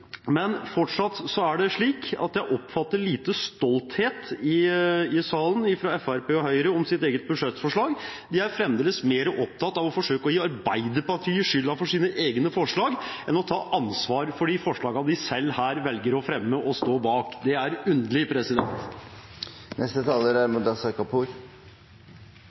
Men fortsatt er det slik at jeg oppfatter lite stolthet i salen, fra Fremskrittspartiet og Høyre, over deres eget budsjettforslag. De er fremdeles mer opptatt av å forsøke å gi Arbeiderpartiet skylden for sine egne forslag enn å ta ansvar for de forslagene de selv velger å fremme og stå bak. Det er underlig.